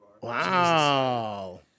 Wow